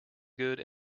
good